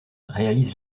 réalise